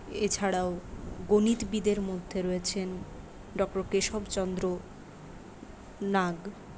এছাড়াও গণিতবিদের মধ্যে রয়েছেন ডক্টর কেশবচন্দ্র নাগ